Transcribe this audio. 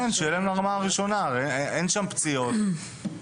כן, הרי אין שם פציעות.